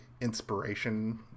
inspiration